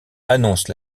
annonce